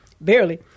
barely